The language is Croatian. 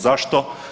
Zašto?